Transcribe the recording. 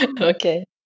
Okay